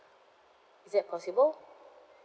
is that possible